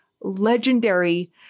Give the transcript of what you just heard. legendary